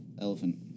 elephant